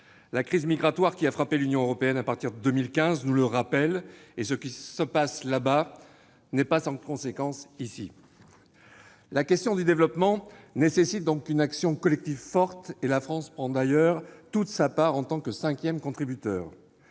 La crise migratoire qui a frappé l'Union européenne à partir de 2015 nous le rappelle : ce qui se passe là-bas n'est pas sans conséquence ici. La question du développement nécessite donc une action collective forte. En tant que cinquième contributeur,